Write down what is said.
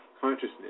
consciousness